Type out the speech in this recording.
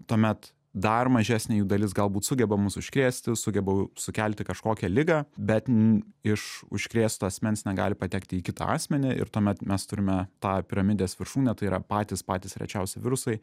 tuomet dar mažesnė jų dalis galbūt sugeba mus užkrėsti sugeba sukelti kažkokią ligą bet iš užkrėsto asmens negali patekti į kitą asmenį ir tuomet mes turime tą piramidės viršūnę tai yra patys patys rečiausi virusai